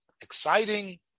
exciting